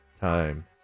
Time